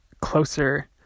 closer